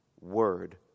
Word